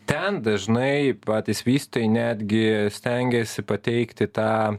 ten dažnai patys vystytojai netgi stengiasi pateikti tą